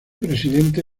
presidenta